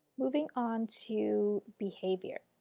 moving on to behavior.